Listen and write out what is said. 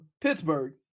Pittsburgh